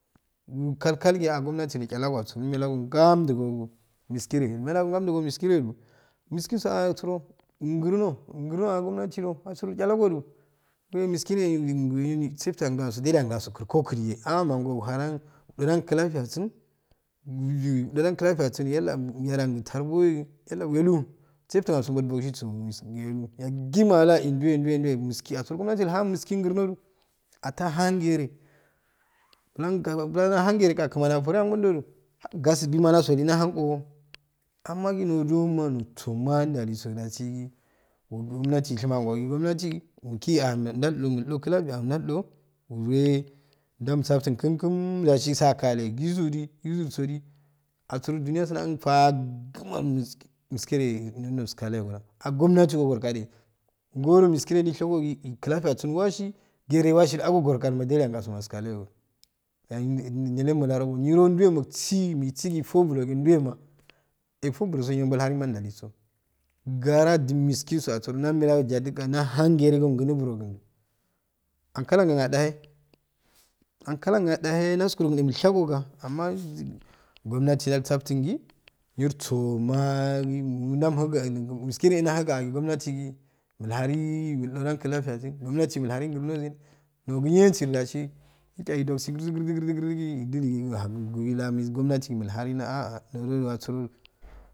Nil kal kal a gomnati achalago asuro immelago gamju go miskiredu miskinso asuro immelago gamju go miskiredu miskinso asuro grno grno a gomnatido asuro chalogodu duwe miskirey settin adanso jali adaso tgrikogijeye ah amgoyo uhajan udodan clakyasin udodan clafiyasin yalabyagantarbogi yala welu siftin anso bal bogsiso mesin elu yagma a eh duwe juwe miskiye asuro gomnati ilhan miskingurnotu atahan gere bulani ja anah gere ka kamni foru angonjoju gasibima jasoli jahan go amma jodo nursomajiliso jasi ogu gomnati sheme angogi gomnatigi mukkia jai jo mul jo clafiya n nan jo ure jam suftin kum kum jasi sakale gisuji gisu codi asuro juniyaso nan fagma mis miskire eui non noskoyo gojan ag gomnati go gorekode goro miskire jeshe gogi clafiyasun wasi gere washi adogo goroga jo negeriyan qado fumaskol oyo nelemurarogo niro juwemug gsi migsi ifobologide juwama ifoluluso niro juwalima jali so gara jin miskinso tsuro jadjumelaga jajuju jan ahan gere ko gnobonogundo akkalagn adaye akkalogn ajiye nassu rugunyemwshagomda amma a gomnati jansaftingi nir soma jam hngu miskireyo dahuga gomnati mudori grno jiye nogi nirsi dasi mi aga dosi grji grji igr jigi idili hamo logo gomnati mukhakn a-a dodo a surodu.